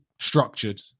structured